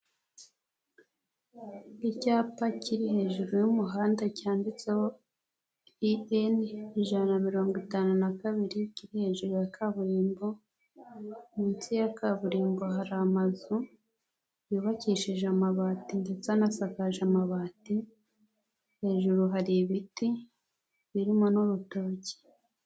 Icyapa kiri hejuru y'umuhanda cyanditseho EN ijana na mirongo itanu na kabiri kiri hejuru ya kaburimbo, munsi ya kaburimbo hari amazu yubakishije amabati ndetse anasakaje amabati, hejuru hari ibiti birimo n'urutoki.